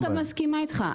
אני מסכימה איתך.